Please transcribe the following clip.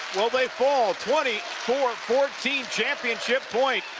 will they fall, twenty four fourteen championship point